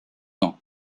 ans